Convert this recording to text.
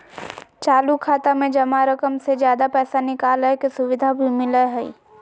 चालू खाता में जमा रकम से ज्यादा पैसा निकालय के सुविधा भी मिलय हइ